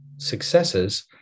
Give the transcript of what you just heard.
successes